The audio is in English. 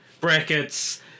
brackets